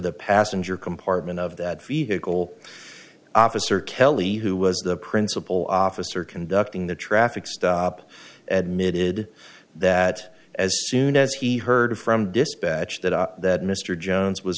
the passenger compartment of that vehicle officer kelly who was the principal officer conducting the traffic stop at mit id that as soon as he heard from dispatch that that mr jones was